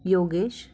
Yogesh